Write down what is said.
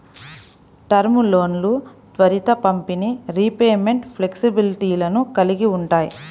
term లోన్లు త్వరిత పంపిణీ, రీపేమెంట్ ఫ్లెక్సిబిలిటీలను కలిగి ఉంటాయి